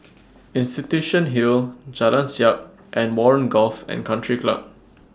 Institution Hill Jalan Siap and Warren Golf and Country Club